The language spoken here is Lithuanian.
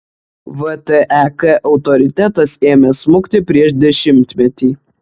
vtek autoritetas ėmė smukti prieš dešimtmetį